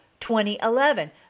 2011